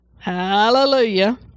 hallelujah